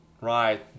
Right